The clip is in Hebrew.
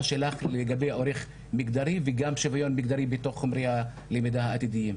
שלך לגבי עורך מגדרי וגם שיוויון מגדרי בתוך חומרי הלמידה העתידיים.